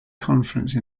conference